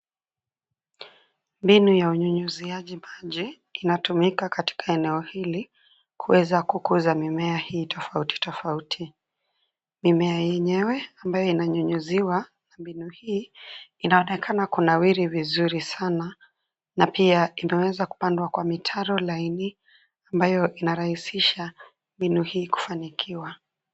Mbinu ya unyunyuziaji maji inatumika katika eneo hili kuweza kukuza mimea hii tofauti, tofauti. Mimea yenyewe ambaye inanyunyuziwa na mbinu hii, inaonekana kunawiri vizuri sana na pia inaweza kupundwa kwa mitaro laini ambayo inarahisisha mbinu hii kufanikiwa.